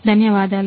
ధన్యవాదాలు